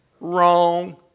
Wrong